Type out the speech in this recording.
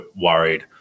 worried